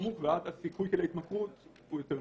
ואז הסיכוי להתמכרות הוא הרבה יותר נמוך.